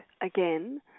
again